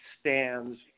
stands